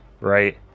right